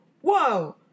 Whoa